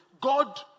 God